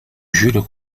jules